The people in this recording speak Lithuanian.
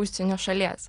užsienio šalies